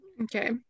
okay